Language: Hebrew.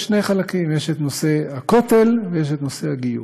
לשני חלקים: יש נושא הכותל ויש נושא הגיור.